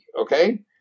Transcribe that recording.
okay